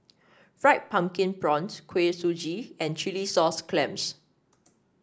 Fried Pumpkin Prawns Kuih Suji and Chilli Sauce Clams